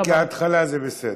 אבל כהתחלה זה בסדר.